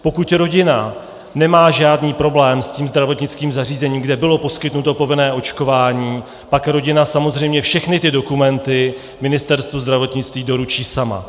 Pokud rodina nemá žádný problém s tím zdravotnickým zařízením, kde bylo poskytnuto povinné očkování, pak rodina samozřejmě všechny ty dokumenty Ministerstvu zdravotnictví doručí sama.